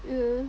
mm